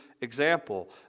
example